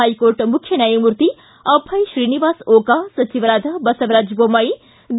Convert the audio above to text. high court ಮುಖ್ಯ ನ್ಯಾಯಮೂರ್ತಿ ಅಭಯ ಶ್ರೀನಿವಾಸ ಓಕಾ ಸಚಿವರಾದ ಬಸವರಾಜ ಬೊಮ್ಮಾಯಿ ಬಿ